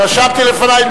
רשמתי לפני.